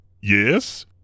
Yes